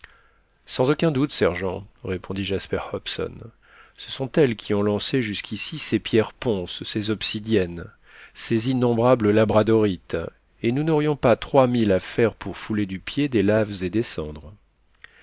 sans aucun doute sergent répondit jasper hobson ce sont elles qui ont lancé jusqu'ici ces pierres ponces ces obsidiennes ces innombrables labradorites et nous n'aurions pas trois milles à faire pour fouler du pied des laves et